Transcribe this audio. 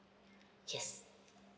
yes